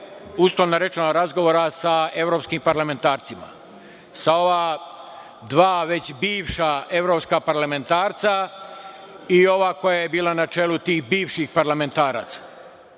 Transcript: uslovno rečeno, razgovora sa evropskim parlamentarcima, sa ova dva već bivša evropska parlamentarca i ova koja je bila na čelu tih bivših parlamentaraca.